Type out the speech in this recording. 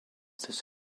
this